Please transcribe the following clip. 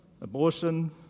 abortion